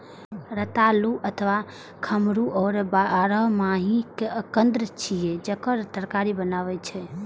रतालू अथवा खम्हरुआ बारहमासी कंद छियै, जेकर तरकारी बनै छै